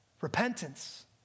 Repentance